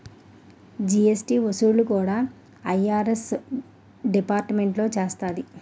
GST వసూళ్లు కూడా IRS డిపార్ట్మెంటే చూస్తాది